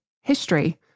history